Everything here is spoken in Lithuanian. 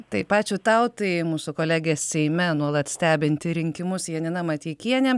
taip ačiū tau tai mūsų kolegė seime nuolat stebinti rinkimus janina mateikienė